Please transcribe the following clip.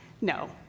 No